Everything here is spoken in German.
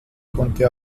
konnte